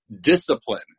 discipline